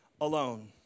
alone